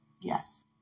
Yes